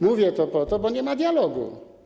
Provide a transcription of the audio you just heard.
Mówię to po to, bo nie ma dialogu.